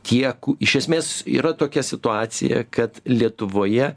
kiek iš esmės yra tokia situacija kad lietuvoje